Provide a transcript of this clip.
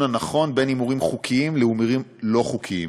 הנכון בין הימורים חוקיים להימורים לא חוקיים.